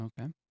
Okay